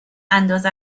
اندازت